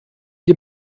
die